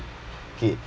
K